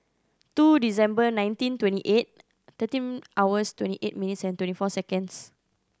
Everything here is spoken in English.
two December nineteen twenty eight thirteen hours twenty eight minutes and twenty four seconds